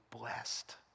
Blessed